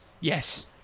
Yes